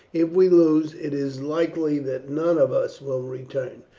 if we lose, it is likely that none of us will return.